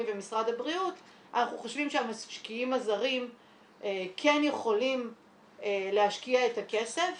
ומשרד הבריאות אנחנו חושבים שהמשקיעים הזרים כן יכולים להשקיע את הכסף